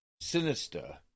Sinister